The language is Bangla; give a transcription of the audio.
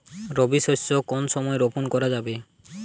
রবি শস্য কোন সময় রোপন করা যাবে?